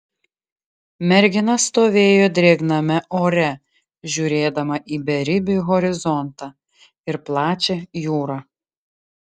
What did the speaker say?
mergina stovėjo drėgname ore žiūrėdama į beribį horizontą ir plačią jūrą